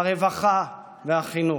הרווחה והחינוך.